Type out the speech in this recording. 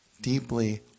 deeply